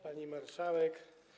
Pani Marszałek!